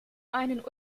einen